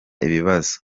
ibibazo